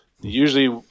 usually